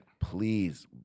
please